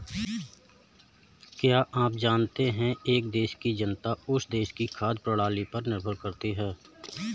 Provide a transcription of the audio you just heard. क्या आप जानते है एक देश की जनता उस देश की खाद्य प्रणाली पर निर्भर करती है?